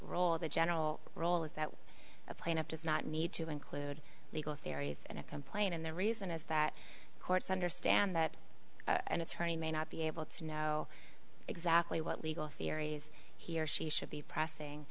role the general rule is that a plaintiff does not need to include legal theories in a complaint and the reason is that courts understand that and it's honey may not be able to know exactly what legal theories he or she should be pressing